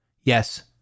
Yes